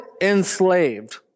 enslaved